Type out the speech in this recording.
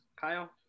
Kyle